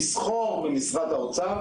תשכור ממשרד האוצר,